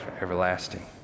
everlasting